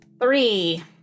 Three